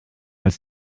als